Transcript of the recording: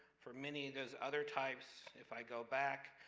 for many of those other types, if i go back,